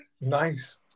Nice